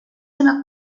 una